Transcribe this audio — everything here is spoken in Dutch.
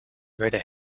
werden